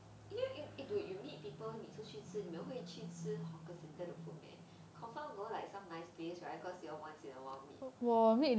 eh dude you need people 你出去吃你们会去吃 hawker centre the food meh confirm go like some nice place right because you all once in awhile meet